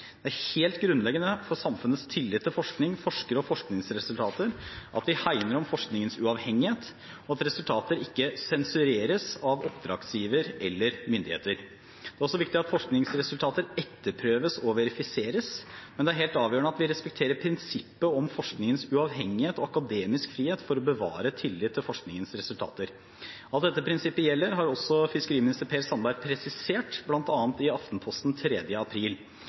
Det er helt grunnleggende for samfunnets tillit til forskning, forskere og forskningsresultater at vi hegner om forskningens uavhengighet, og at resultater ikke sensureres av oppdragsgiver eller myndigheter. Det er også viktig at forskningsresultater etterprøves og verifiseres, men det er helt avgjørende at vi respekterer prinsippet om forskningens uavhengighet og akademisk frihet for å bevare tilliten til forskningens resultater. At dette prinsippet gjelder, har også fiskeriminister Per Sandberg presisert, bl.a. i Aftenposten 2. april.